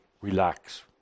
relax